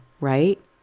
Right